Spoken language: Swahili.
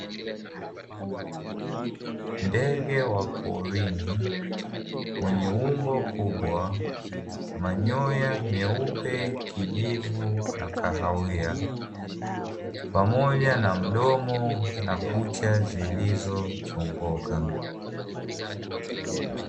Ndege wa porini mwenye umbo kubwa, manyoya meupe, kijivu na kahawia, pamoja na mdomo na kucha zilizochongoka.